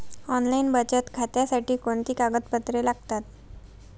Online बचत खात्यासाठी कोणती कागदपत्रे लागतात?